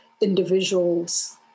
individuals